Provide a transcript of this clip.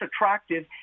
attractive